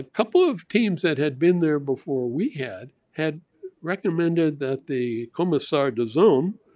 ah couple of teams that had been there before we had had recommended that the commissar de zoom,